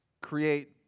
create